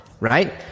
right